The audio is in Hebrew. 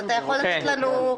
אתה יכול לתת לנו הסבר?